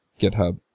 GitHub